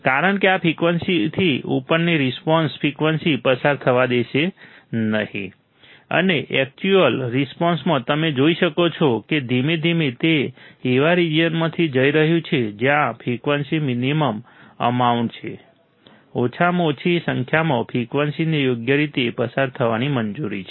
કારણ કે આ ફ્રિકવન્સીથી ઉપરની રિસ્પોન્સ ફ્રિકવન્સી પસાર થવા દેશે નહીં અને એક્ચ્યુઅલ રિસ્પોન્સમાં તમે જોઈ શકો છો કે ધીમે ધીમે તે એવા રીજીયનમાં જઈ રહ્યું છે જ્યાં ફ્રિકવન્સી મિનિમમ અમાઉન્ટ છે ઓછામાં ઓછી સંખ્યામાં ફ્રિકવન્સીને યોગ્ય રીતે પસાર થવાની મંજૂરી છે